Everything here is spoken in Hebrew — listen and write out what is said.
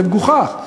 זה מגוחך.